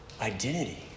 identity